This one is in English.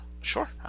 Sure